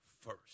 first